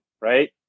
right